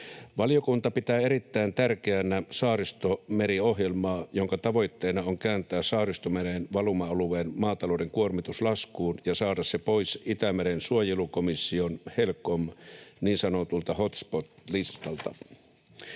Valiokunta pitää erittäin tärkeänä Saaristomeri-ohjelmaa, jonka tavoitteena on kääntää Saaristomeren valuma-alueen maatalouden kuormitus laskuun ja saada se pois Itämeren suojelukomission HELCOMin niin sanotulta hotspot‑listalta.